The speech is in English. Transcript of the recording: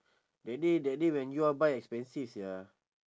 that day that day when you all buy expensive sia